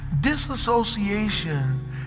Disassociation